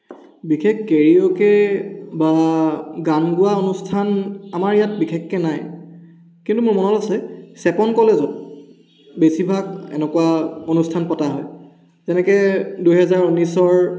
বিশেষ কেৰিঅ'কে বা গান গোৱা অনুষ্ঠান আমাৰ ইয়াত বিশেষকৈ নাই কিন্তু মোৰ মনত আছে চেপন কলেজত বেছিভাগ এনেকুৱা অনুষ্ঠান পতা হয় যেনেকৈ দুহেজাৰ ঊনৈছৰ